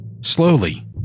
Slowly